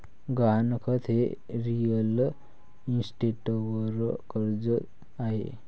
गहाणखत हे रिअल इस्टेटवर कर्ज आहे